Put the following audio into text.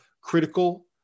critical